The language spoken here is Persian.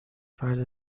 فرد